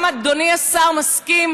וגם אדוני השר מסכים,